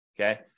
Okay